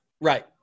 Right